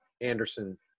Anderson